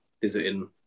visiting